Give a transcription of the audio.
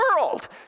world